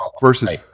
versus